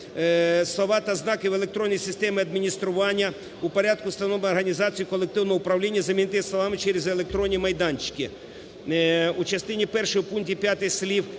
"Слова та знаки в електронній системі адміністрування": "у порядку, встановленому організацією колективного управління" замінити словами "через електронні майданчики". У частині першій пункту 5 слів